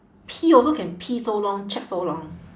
pee also can pee so long chat so long